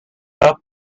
pas